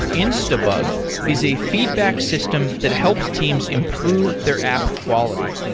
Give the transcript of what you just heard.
instabug is a feedback system that helps teams improve their app quality.